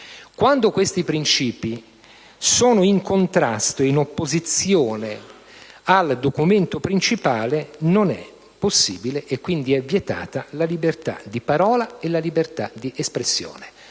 Quando questi principi sono in contrasto, in opposizione al documento principale, non è possibile, e quindi è vietata, la libertà di parola, di espressione.